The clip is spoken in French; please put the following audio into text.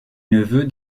neveu